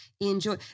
enjoy